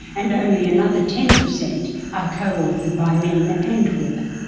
and only another ten percent are co-authored by men and women,